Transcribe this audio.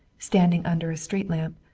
standing under a street lamp,